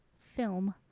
film